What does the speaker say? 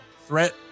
threat